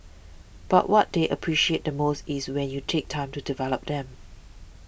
but what they appreciate the most is when you take time to develop them